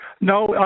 No